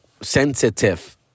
sensitive